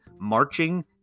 marching